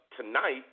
tonight